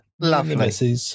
Lovely